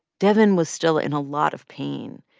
devyn was still in a lot of pain,